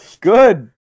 Good